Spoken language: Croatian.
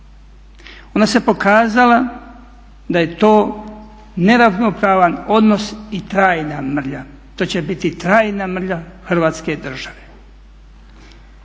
ona se pokazala da je to neravnopravan odnos i trajna mrlja, to će biti trajna mrlja Hrvatske države